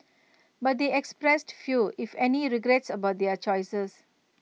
but they expressed few if any regrets about their choices